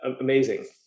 amazing